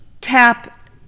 tap